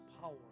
power